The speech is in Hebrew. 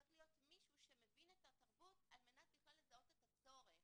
צריך להיות מישהו שמבין את התרבות על מנת לזהות את הצורך.